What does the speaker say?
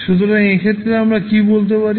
সুতরাং এই ক্ষেত্রে আমরা কি বলতে পারি